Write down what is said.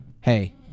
hey